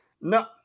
No